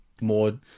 more